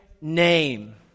name